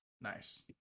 Nice